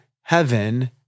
heaven